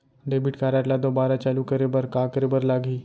Debit card ला दोबारा चालू करे बर का करे बर लागही?